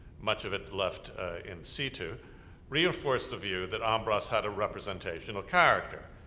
much of it left in situ, reinforce the view that ambras had a representational character.